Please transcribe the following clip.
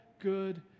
good